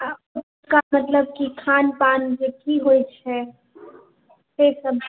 आ का मतलबकि खान पान जे कि होइ छै तहि सब